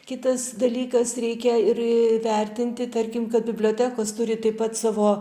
kitas dalykas reikia ir įvertinti tarkim kad bibliotekos turi taip pat savo